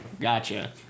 Gotcha